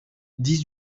dix